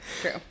True